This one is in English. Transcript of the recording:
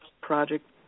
project